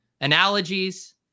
analogies